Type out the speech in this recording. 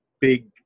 big